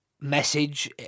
message